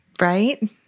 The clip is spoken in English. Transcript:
Right